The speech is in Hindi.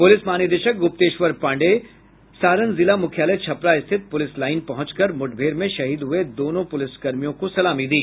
पुलिस महानिदेशक गुप्तेश्वर पांडेय सारण जिला मुख्यालय छपरा स्थित पुलिस लाइन पहुंच कर मुठभेड़ में शहीद हुए दोनों पुलिसकर्मियों को सलामी दी